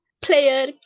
player